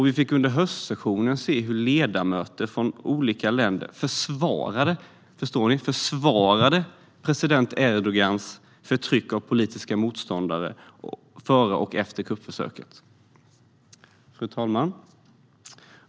Vi fick under höstsessionen se hur ledamöter från olika länder försvarade president Erdogans förtryck av politiska motståndare före och efter kuppförsöket. Fru talman!